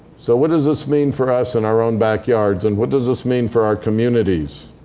so what does this mean for us in our own backyards? and what does this mean for our communities?